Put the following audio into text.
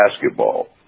basketball